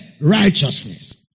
Righteousness